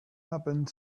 happened